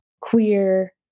queer